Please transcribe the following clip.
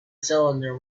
cylinder